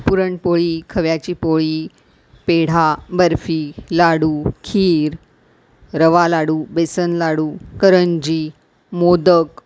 पुरणपोळी खव्याची पोळी पेढा बर्फी लाडू खीर रवालाडू बेसनलाडू करंजी मोदक